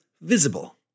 Visible